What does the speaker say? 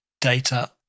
data